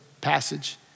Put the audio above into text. passage